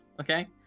okay